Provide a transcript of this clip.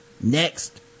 Next